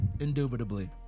Indubitably